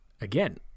again